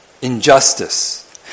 Injustice